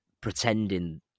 pretending